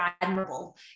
admirable